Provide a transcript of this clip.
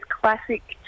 classic